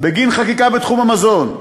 בגין חקיקה בתחום המזון.